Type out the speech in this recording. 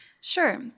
Sure